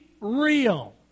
real